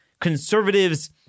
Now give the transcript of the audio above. conservatives